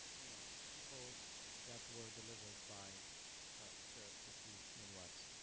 you know people that were delivered by the the two midwives.